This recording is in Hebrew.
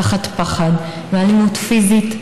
תחת פחד מאלימות פיזית,